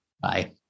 Bye